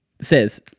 says